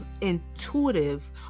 intuitive